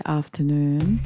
afternoon